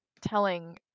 telling